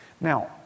Now